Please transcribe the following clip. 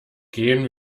gehen